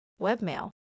Webmail